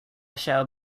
shall